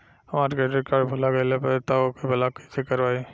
हमार credit card भुला गएल बा त ओके ब्लॉक कइसे करवाई?